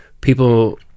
people